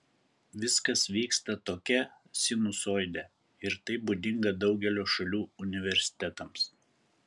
viskas vyksta tokia sinusoide ir tai būdinga daugelio šalių universitetams